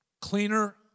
cleaner